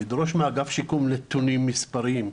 לדרוש מאגף השיקום נתונים מספריים,